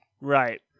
Right